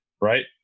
Right